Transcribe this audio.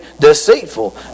deceitful